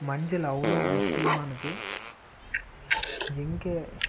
மஞ்சள் அவ்வளோவு முக்கியமானது எங்கள்